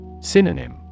Synonym